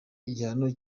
igihano